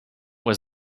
was